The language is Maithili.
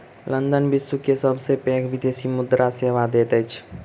लंदन विश्व के सबसे पैघ विदेशी मुद्रा सेवा दैत अछि